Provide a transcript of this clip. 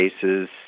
cases